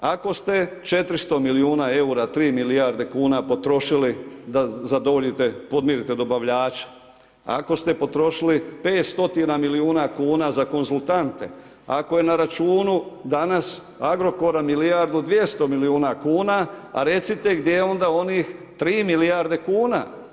Ako ste 400 milijuna eura, 3 milijarde kuna potrošili da zadovoljite, podmirite dobavljača, ako ste potrošili pet stotina milijuna kuna za konzultante, ako je na računu danas Agrokora milijardu 200 milijuna kuna, a recite gdje je onda onih 3 milijarde kuna?